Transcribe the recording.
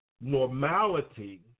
normality